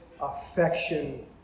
affection